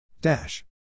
Dash